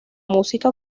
música